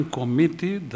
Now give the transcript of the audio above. committee